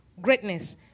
greatness